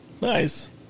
Nice